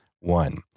One